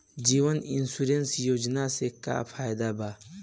जीवन insurance योजना से का फायदा बा?